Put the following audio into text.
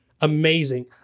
Amazing